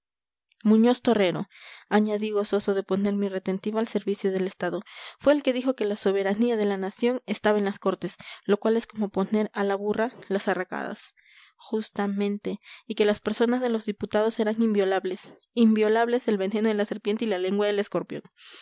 muñoz torrero añadí gozoso de poner mi retentiva al servicio del estado fue el que dijo que la soberanía de la nación es taba en las cortes lo cual es como poner a la burra las arracadas justamente y que las personas de los diputados eran inviolables inviolables el veneno de la serpiente y la lengua del escorpión